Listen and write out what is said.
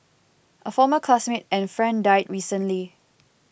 a former classmate and friend died recently